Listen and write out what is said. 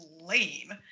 lame